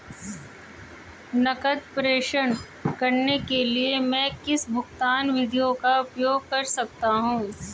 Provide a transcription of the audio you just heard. नकद प्रेषण करने के लिए मैं किन भुगतान विधियों का उपयोग कर सकता हूँ?